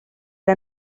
era